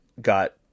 got